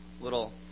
little